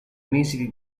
mesi